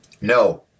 No